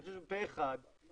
אני חושב שפה אחד,